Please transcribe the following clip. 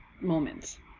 moments